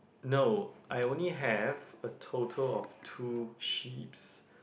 no I only have a total of two sheep's